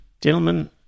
Gentlemen